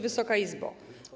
Wysoka Izbo!